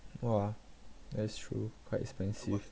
!wah! that's true quite expensive